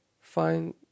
find